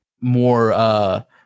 more